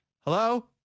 Hello